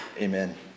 Amen